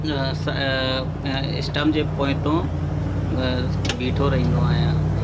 अ stump जे पोइतो अ बीठो रहंदो आहियां